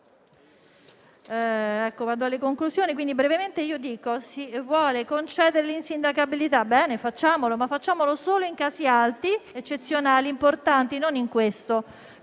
Vado alle conclusioni. Brevemente: si vuole concedere l'insindacabilità? Bene, facciamolo, ma facciamolo solo in casi alti, eccezionali, importanti, non in questo,